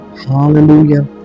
Hallelujah